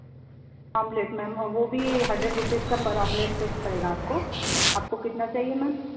omelette ma'am वह भी hundred rupees का पर आम्लेट पड़ेगा आपको आपको कितना चाहिए मैम